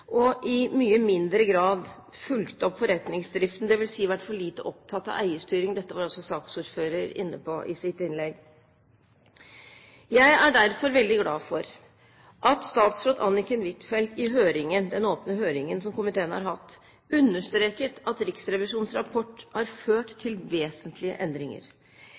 og i mye mindre grad har fulgt opp forretningsdriften – dvs. vært for lite opptatt av eierstyring. Dette var også saksordføreren inne på i sitt innlegg. Jeg er derfor veldig glad for at statsråd Anniken Huitfeldt i den åpne høringen som komiteen har hatt, understreket at Riksrevisjonens rapport har ført til vesentlige endringer.